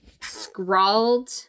scrawled